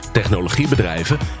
technologiebedrijven